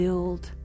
Build